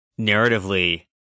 narratively